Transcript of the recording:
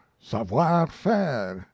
savoir-faire